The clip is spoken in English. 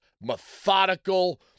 methodical